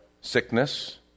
sickness